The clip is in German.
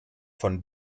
von